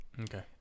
okay